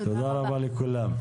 תודה רבה לכולם.